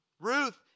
Ruth